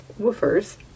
woofers